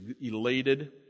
elated